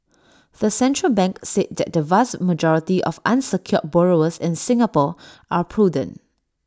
the central bank said that the vast majority of unsecured borrowers in Singapore are prudent